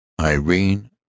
Irene